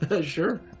Sure